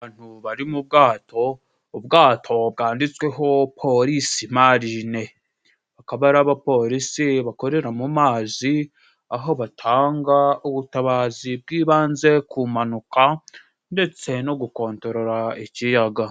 Abantu bari mu bwato , ubwato bwanditsweho Polisi Marine , bakaba ari abapolisi bakorera mu mazi aho batanga ubutabazi bw'ibanze ku mpanuka , ndetse no gukontorora ikiyaga.